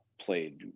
played